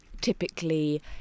Typically